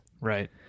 Right